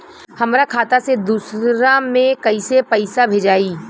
हमरा खाता से दूसरा में कैसे पैसा भेजाई?